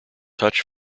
touch